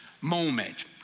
moment